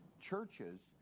churches